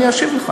אני אשיב לך.